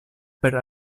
per